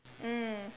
mm